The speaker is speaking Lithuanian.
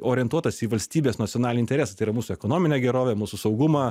orientuotas į valstybės nacionalinį interesą tai yra mūsų ekonominę gerovę mūsų saugumą